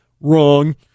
Wrong